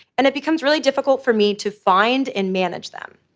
and it becomes really difficult for me to find and manage them.